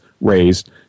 raised